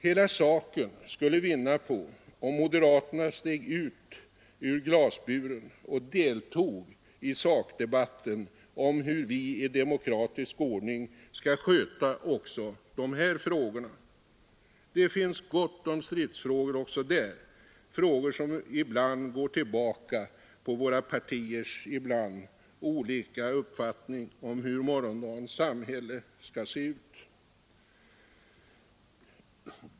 Hela saken skulle vinna på om moderaterna steg ut ur glasburen och deltog i sakdebatten om hur vi i demokratisk ordning skall sköta också de här frågorna. Det finns gott om stridsfrågor också där — frågor som ibland går tillbaka på våra partiers ibland olika uppfattning om hur morgondagens samhälle skall se ut.